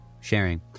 sharing